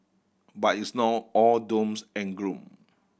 but it's not all dooms and gloom